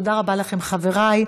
תודה רבה לכם, חבריי.